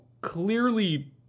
clearly